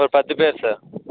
ஒரு பத்து பேர் சார்